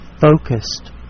focused